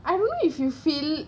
I don't know if you feel